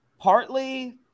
partly